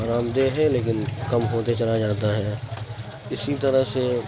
آرام دہ ہے لیکن کم ہوتے چلا جاتا ہے اسی طرح سے